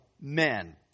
men